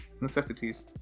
necessities